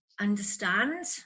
understand